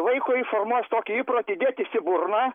vaikui formuos tokį įprotį dėtis į burną